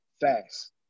fast